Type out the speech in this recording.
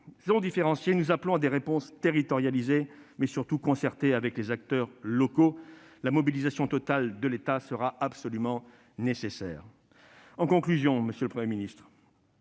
sont différenciées, nous appelons des réponses territorialisées et surtout concertées avec les acteurs locaux. La mobilisation totale de l'État sera absolument nécessaire. En conclusion, monsieur le Premier ministre,